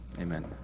amen